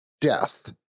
death